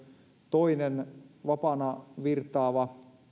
toinen vapaana virtaava